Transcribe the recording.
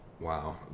Wow